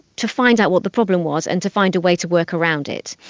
to find out what the problem was and to find a way to work around it.